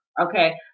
okay